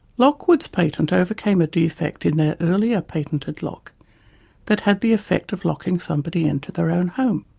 lockwood's patent overcame a defect in their earlier patented lock that had the effect of locking somebody into their own home.